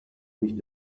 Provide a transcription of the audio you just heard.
mich